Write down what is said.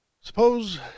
suppose